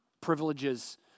privileges